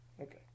Okay